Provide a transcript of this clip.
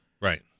Right